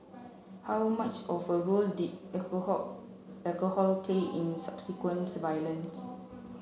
how much of a role did alcohol alcohol play in the subsequent violent